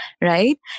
right